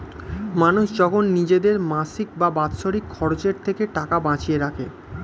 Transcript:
মানুষ যখন নিজের মাসিক বা বাৎসরিক খরচের থেকে টাকা বাঁচিয়ে রাখে